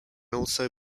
also